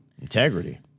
Integrity